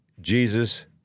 Jesus